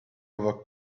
other